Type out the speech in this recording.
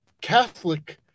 catholic